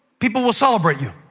people will celebrate you,